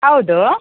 ಹೌದು